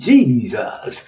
Jesus